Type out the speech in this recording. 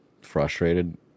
Frustrated